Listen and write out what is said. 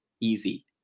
easy